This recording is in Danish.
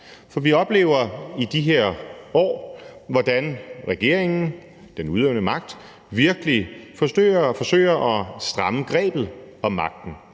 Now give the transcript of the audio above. For vi oplever i de her år, hvordan regeringen, altså den udøvende magt, virkelig forsøger at stramme grebet om magten.